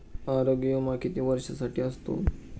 आरोग्य विमा किती वर्षांसाठी असतो?